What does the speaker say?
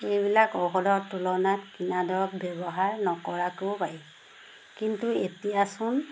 এইবিলাক ঔষধৰ তুলনাত কিনা দৰৱ ব্যৱহাৰ নকৰাকৈও পাৰি কিন্তু এতিয়াচোন